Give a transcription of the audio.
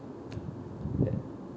I